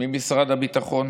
ממשרד הביטחון,